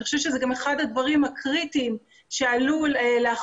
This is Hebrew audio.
אני חושבת שזה גם אחד הדברים הקריטיים שעלו לאחרונה,